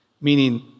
Meaning